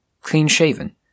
clean-shaven